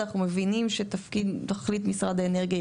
אנחנו מבינים שתכלית משרד האנרגיה היא